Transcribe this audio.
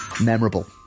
memorable